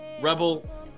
Rebel